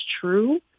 true